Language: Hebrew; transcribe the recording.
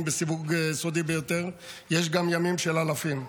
בסיווג סודי ביותר ויש גם ימים של אלפים,